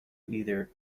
either